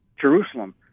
Jerusalem